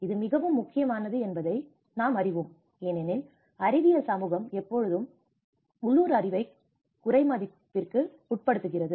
இது மிகவும் முக்கியமானது என்பதை நீங்கள் அறிவீர்கள் ஏனெனில் அறிவியல் சமூகம் எப்போதும் உள்ளூர் அறிவைக் குறைமதிப்பிற்கு உட்படுத்துகிறது